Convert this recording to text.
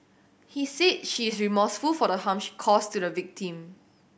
he said she is remorseful for the harm she caused to the victim